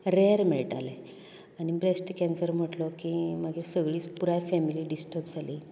rare मेळटाले आनी breast cancer म्हटलो की मागीर सगळींच पुराय फेमिली डिस्टर्ब जाली